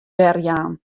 werjaan